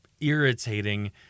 irritating